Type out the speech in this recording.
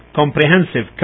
comprehensive